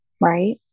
right